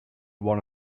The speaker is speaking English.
one